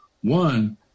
One